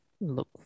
Look